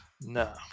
Nah